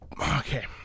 Okay